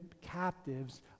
captives